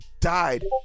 died